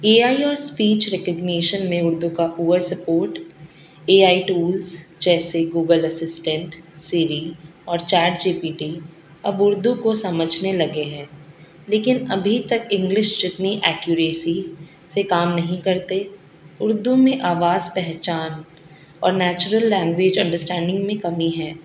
اے I اور speech recognition میں اردو کا پور سپورٹ اے آئی ٹولس جیسے گوگل اسسٹینٹ سیری اور چیٹ جی پی ٹی اب اردو کو سمجھنے لگے ہیں لیکن ابھی تک انگلش جتنی ایکیوریسی سے کام نہیں کرتے اردو میں آواز پہچان اور نیچرل لینگویج انڈرسٹینڈنگ میں کمی ہے